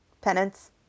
Penance